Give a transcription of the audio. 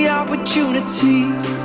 opportunities